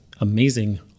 amazing